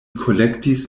kolektis